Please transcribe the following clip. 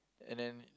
and then